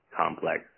complex